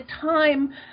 time